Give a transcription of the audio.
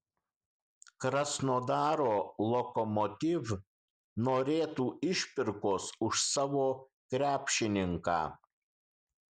krasnodaro lokomotiv norėtų išpirkos už savo krepšininką